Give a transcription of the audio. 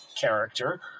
character